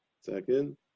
Second